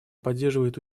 поддерживает